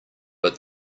but